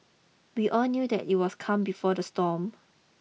we all knew that it was calm before the storm